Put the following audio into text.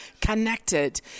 connected